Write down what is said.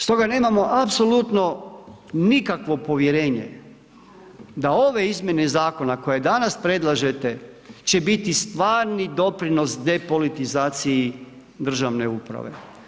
Stoga nemamo apsolutno nikakvo povjerenje, da ove izmjene zakona koje danas predlažete že biti stvarni doprinos depolitizacije državne uprave.